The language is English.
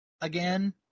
again